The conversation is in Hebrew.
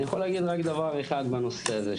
אני יכול להגיד רק דבר אחד בנושא הזה.